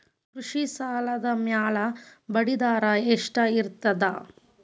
ಕೃಷಿ ಸಾಲದ ಮ್ಯಾಲೆ ಬಡ್ಡಿದರಾ ಎಷ್ಟ ಇರ್ತದ?